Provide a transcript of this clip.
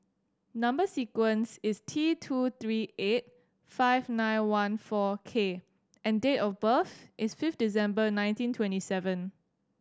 number sequence is T two three eight five nine one four K and date of birth is fifth December nineteen twenty seven